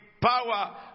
power